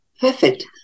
perfect